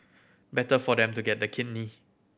better for them to get the kidney